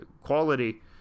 quality